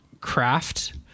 craft